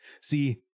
See